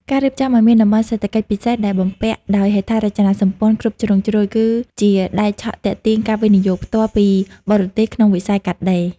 ការរៀបចំឱ្យមានតំបន់សេដ្ឋកិច្ចពិសេសដែលបំពាក់ដោយហេដ្ឋារចនាសម្ព័ន្ធគ្រប់ជ្រុងជ្រោយ គឺជាដែកឆក់ទាក់ទាញការវិនិយោគផ្ទាល់ពីបរទេសក្នុងវិស័យកាត់ដេរ។